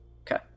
Okay